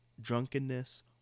drunkenness